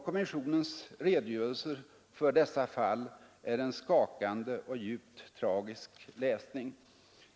Kommissionens redogörelse för dessa fall är en skakande och djupt tragisk läsning.